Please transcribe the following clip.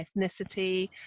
ethnicity